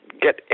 get